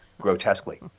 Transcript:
grotesquely